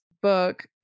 book